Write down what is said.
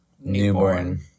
newborn